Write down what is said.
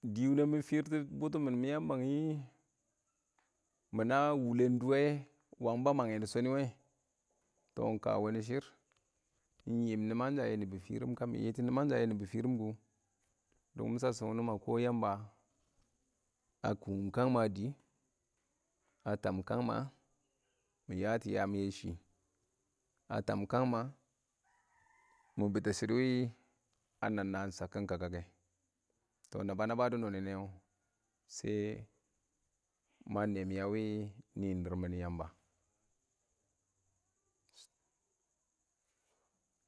Dɪ winəng mɪ fɪɪr tɔ bʊttʊ mɪn, mɪ a mang nɪ mɪna wulən duwe wangɪn ba mang yɛ dɪ shɔnɪ wɛ tɔ ka wa nɪ shɪrr ɪng yɪɪm nɪmang sha yɛ nibɔ firim. Ka mɪ yɪ tɔ yɪɪm nɪmanshang yɛ nɪbɔ firim dʊngʊm shasshɪm wɪ nɪ wɔ ma kɔ Yamba a kʊngʊm kang ma a dɪɪ a tam kang ma, mɪ yatʊ yaam yɛ shɪ. A tam kang ma mɪ bɪttɛ shɪdɔ a nam ɪng na chakkɪn kaka kɛ, tɔ naba, naba dʊ nɔnɪ nɛ wɔ, shɛ ma nɛɛn a wɪ nɪɪn dɪrr mɪn Yamba.